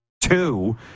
two